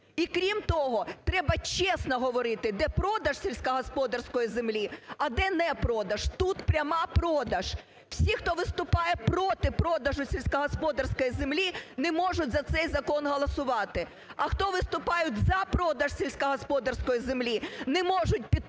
І крім того, треба чесно говорити, де продаж сільськогосподарської землі, а де непродаж, тут пряма продаж. Всі, хто виступає проти продажу сільськогосподарської землі, не можуть за цей закон голосувати. А хто виступають за продаж сільськогосподарської землі, не можуть підтримати